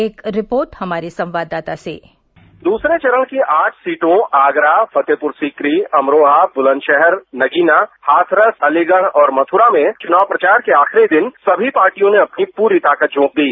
एक रिपोर्ट हमारे संवाददाता से द्रसरे चरण की आठ सीटों आगरा फतेहपुर सीकरी अमरोहा बुलंदशहर नगीना हाथरस अलीगढ़ और मथुरा में चुनाव प्रचार के आखिरी दिन सभी पार्टियों ने अपनी पूरी ताकत झोंक दी